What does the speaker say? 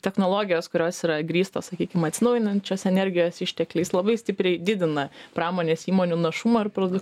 technologijos kurios yra grįstos sakykim atsinaujinančios energijos ištekliais labai stipriai didina pramonės įmonių našumą ar produ